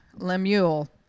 Lemuel